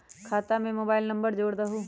खाता में mobile number जोड़ दहु?